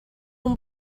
اون